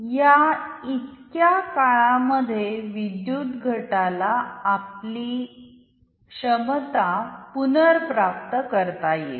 या इतक्या काळामध्ये विद्युत घटाला आपली क्षमता पुनर्प्राप्त करता येईल